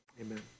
amen